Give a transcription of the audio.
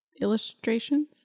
illustrations